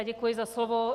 Děkuji za slovo.